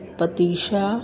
patisa